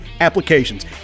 applications